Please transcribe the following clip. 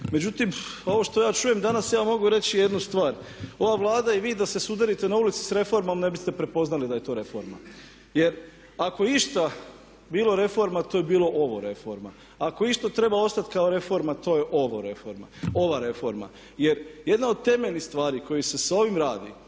Međutim, ovo što ja čujem danas ja mogu reći jednu stvar, ova Vlada i vi da se sudarite na ulici s reformom ne biste prepoznali da je to reforma. Jer ako je išta bilo reforma to je bilo ovo reforma, ako išta treba ostati kao reforma to je ova reforma. Jer jedna od temeljnih stvari koja se s ovim radi